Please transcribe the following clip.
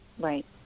Right